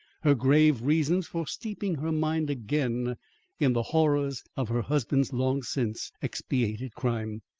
her grave reasons for steeping her mind again in the horrors of her husband's long-since expiated crime.